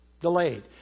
delayed